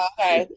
Okay